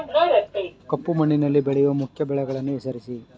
ಕಪ್ಪು ಮಣ್ಣಿನಲ್ಲಿ ಬೆಳೆಯುವ ಮುಖ್ಯ ಬೆಳೆಗಳನ್ನು ಹೆಸರಿಸಿ